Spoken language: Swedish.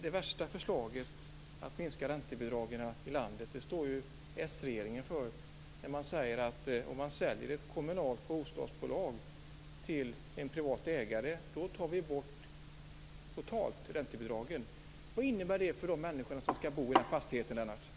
Det värsta förslaget för att minska räntebidragen i landet står ju den socialdemokratiska regeringen för när man säger att om ett kommunalt bostadsbolag säljs till en privat ägare kommer man att ta bort hela räntebidraget. Vad innebär det för de människor som skall bo i den fastigheten, Lennart Nilsson?